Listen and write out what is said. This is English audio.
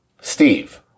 Steve